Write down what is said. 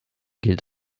gilt